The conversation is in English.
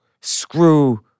screw